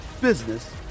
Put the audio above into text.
business